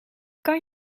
kan